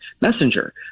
Messenger